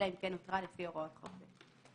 אלא אם כן הותרה לפי הוראות חוק זה.